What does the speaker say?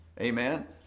Amen